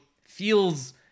feels